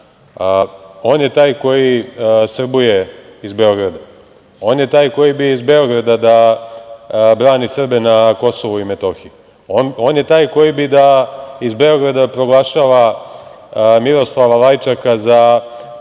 on je taj koji srbuje iz Beograda, on je taj koji bi iz Beograda da brani Srbe na Kosovu i Metohiji, on je taj koji bi da iz Beograda proglašava Miroslava Lajčaka za